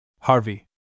Harvey